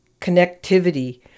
connectivity